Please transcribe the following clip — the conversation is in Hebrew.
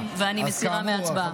כן, אני מסירה מהצבעה.